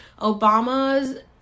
Obama's